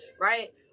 right